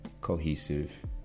cohesive